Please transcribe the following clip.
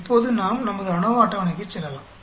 இப்போது நாம் நமது அநோவா அட்டவணைக்கு செல்லலாம்